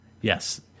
Yes